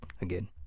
again